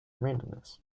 randomness